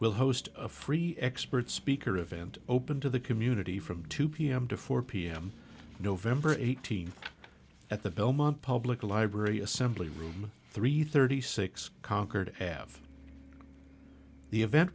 will host a free expert speaker event open to the community from two pm to four pm nov eighteenth at the belmont public library assembly room three thirty six concord have the event